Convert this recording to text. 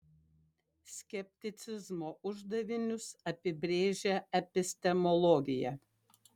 skepticizmo uždavinius apibrėžia epistemologija